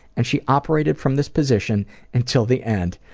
and she operated from this position until the end.